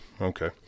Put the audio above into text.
okay